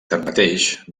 tanmateix